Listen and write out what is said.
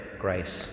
grace